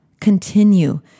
continue